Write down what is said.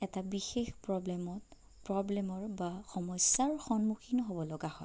এটা বিশেষ প্ৰবলেমত প্ৰবলেমৰ বা সমস্যাৰ সন্মুখীন হ'বলগা হয়